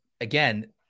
again